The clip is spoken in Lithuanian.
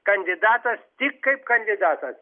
kandidatas tik kaip kandidatas